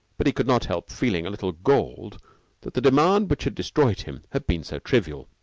but he could not help feeling a little galled that the demand which had destroyed him had been so trivial.